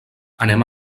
anem